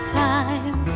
time